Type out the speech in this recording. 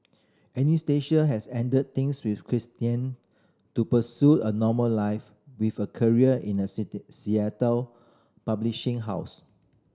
Anastasia has ended things with Christian to pursue a normal life with a career in a city Seattle publishing house